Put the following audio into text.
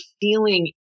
feeling